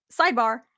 sidebar